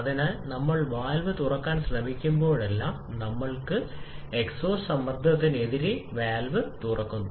അതിനാൽ നമ്മൾ വാൽവ് തുറക്കാൻ ശ്രമിക്കുമ്പോഴെല്ലാം നമ്മൾക്ക് ഉണ്ട് എക്സ്ഹോസ്റ്റിന്റെ സമ്മർദ്ദത്തിനെതിരെ വാൽവ് തുറന്നു